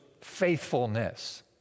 faithfulness